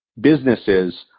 businesses